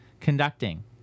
conducting